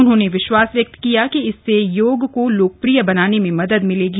उन्होंने विश्वास व्यक्त किया कि इससे योग को लोकप्रिय बनाने में मदद मिलेगी